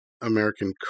American